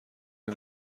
این